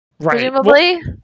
Presumably